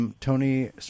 Tony